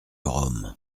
rome